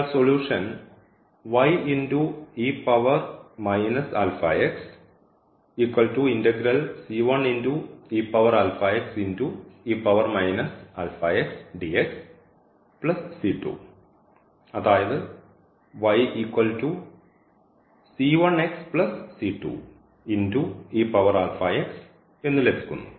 അതിനാൽ സൊലൂഷൻ അതായത് എന്നു ലഭിക്കുന്നു